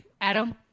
Adam